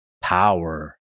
power